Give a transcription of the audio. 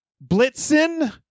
Blitzen